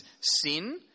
sin